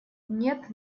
нет